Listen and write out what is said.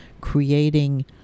creating